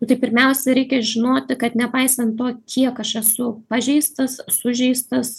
tai pirmiausia reikia žinoti kad nepaisan to kiek aš esu pažeistas sužeistas